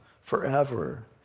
forever